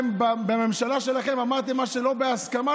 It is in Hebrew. בממשלה שלכם אמרתם על דברים: מה שלא בהסכמה,